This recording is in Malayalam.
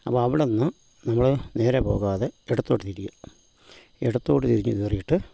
അപ്പം അവിടെ നിന്ന് നിങ്ങള് നേരെ പോകാതെ ഇടത്തോട്ട് തിരിയുക ഇടത്തോട്ട് തിരിഞ്ഞ് കയറിയിട്ട്